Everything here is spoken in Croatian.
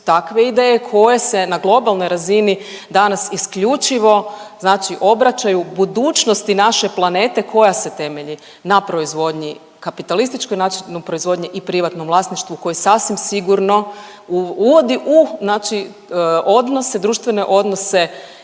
takve ideje koje se na globalnoj razini danas isključivo znači obraćaju budućnosti naše planete koja se temelji na proizvodnji, kapitalističkom načinu proizvodnje i privatnom vlasništvu koje sasvim sigurno uvodi u znači odnose, društvene odnose